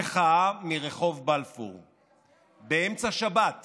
ופינו את פסל המחאה שהציב במקום האומן איתי